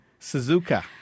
Suzuka